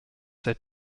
said